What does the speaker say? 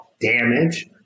damage